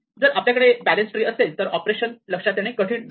जर आपल्याकडे balance tree असेल तर ऑपरेशन लक्षात येणे कठीण जात नाही